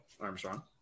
Armstrong